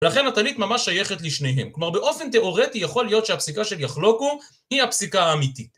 ולכן הטלית ממש שייכת לשניהם. כלומר, באופן תיאורטי יכול להיות שהפסיקה של יחלוקו, היא הפסיקה האמיתית.